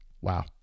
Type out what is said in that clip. Wow